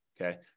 Okay